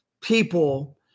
people